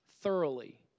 thoroughly